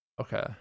okay